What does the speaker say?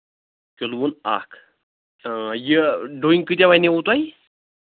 کِلوُن اکھ تہٕ یہِ ڈوٗنۍ کۭتیٛاہ وَنیوُ تۄہہِ